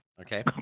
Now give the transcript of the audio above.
Okay